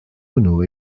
hwnnw